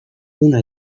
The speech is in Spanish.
una